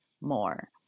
more